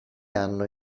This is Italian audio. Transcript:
anno